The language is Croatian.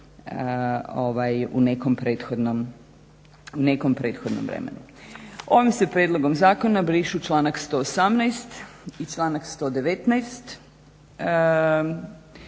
u nekom prethodnom vremenu. Ovim se prijedlogom zakona brišu članak 118.i članak 119.pa